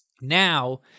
Now